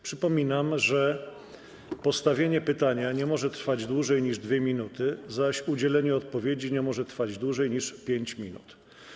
Przypominam, że postawienie pytania nie może trwać dłużej niż 2 minuty, zaś udzielenie odpowiedzi nie może trwać dłużej niż 5 minut.